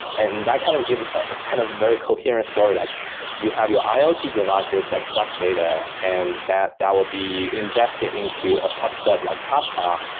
and that kind of give ah kind of very coherent story, like you have your iot devices that collect data and that that will be ingested into a pub sub like kafka,